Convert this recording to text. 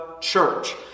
church